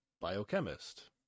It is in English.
biochemist